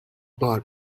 بار